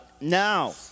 Now